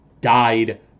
died